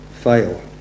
fail